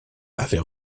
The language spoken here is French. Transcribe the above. avait